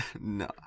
No